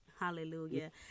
Hallelujah